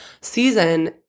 season